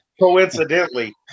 Coincidentally